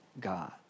God